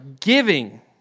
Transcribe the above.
giving